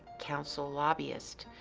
counsel lobbyist,